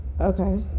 Okay